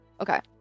Okay